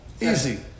easy